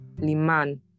Liman